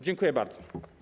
Dziękuję bardzo.